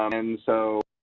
um and so